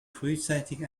frühzeitig